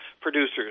producers